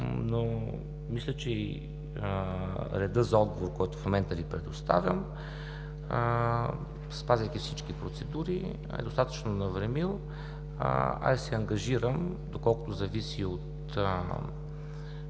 но мисля, че и реда за отговор, който в момента Ви предоставям, спазвайки всички процедури е достатъчно навремил. Аз се ангажирам, доколкото зависи от